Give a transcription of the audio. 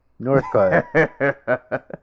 Northcutt